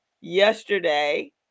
yesterday